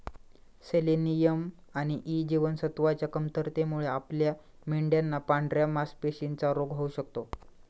selenium आणि E जीवनसत्वच्या कमतरतेमुळे आपल्या मेंढयांना पांढऱ्या मासपेशींचा रोग होऊ शकतो